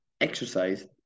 exercise